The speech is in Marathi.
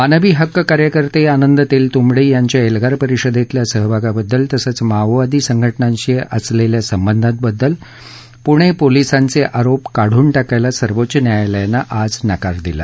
मानवी हक्क कार्यकर्ते आनंद तेलतुंबडे यांच्या एल्गार परिषदेतल्या सहभागाबद्दल तसंच माओवादी संघटनांशी असलेल्या संबधांबद्दल पुणे पोलिसांचे आरोप काढून टाकायला सर्वोच्च न्यायालयानं आज नकार दिला